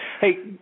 Hey